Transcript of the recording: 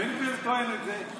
בן גביר טוען את זה,